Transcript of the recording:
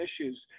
issues